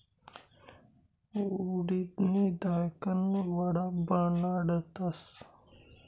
उडिदनी दायकन वडा बनाडतस